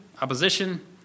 opposition